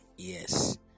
Yes